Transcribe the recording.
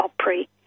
Opry